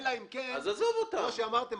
עזוב אותם.